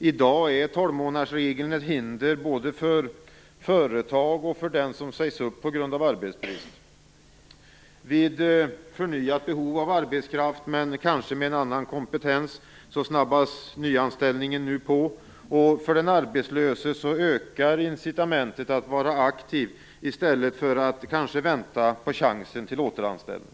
I dag är tolvmånadersregeln ett hinder både för företagen och för den som sägs upp på grund av arbetsbrist. Vid förnyat behov av arbetskraft, men kanske med en annan kompetens, snabbas nyanställning nu på, och för den arbetslöse ökar incitamentet att vara aktiv i stället för att kanske vänta på chansen till återanställning.